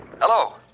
Hello